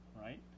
right